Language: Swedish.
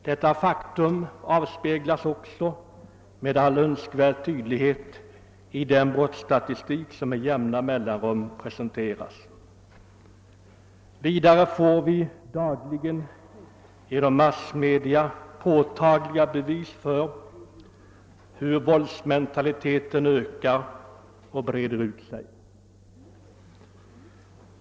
Detta faktum avspeglas också med all önskvärd tydlighet i den brottsstatistik som med jämna mellanrum presenteras. Vidare får vi dagligen genom massmedia påtagliga bevis för hur våldsmentaliteten breder ut sig.